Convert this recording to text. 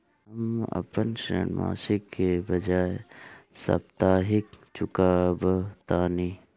हम अपन ऋण मासिक के बजाय साप्ताहिक चुकावतानी